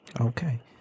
Okay